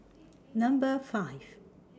Number five